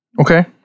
Okay